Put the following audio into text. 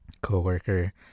co-worker